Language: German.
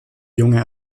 junge